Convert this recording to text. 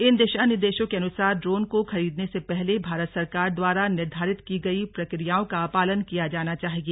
इन दिशा निर्देशों के अनुसार ड्रोन को खरीदने से पहले भारत सरकार द्वारा निर्धारित की गई प्रक्रियाओं का पालन किया जाना चाहिए